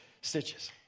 stitches